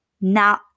Now